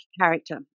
character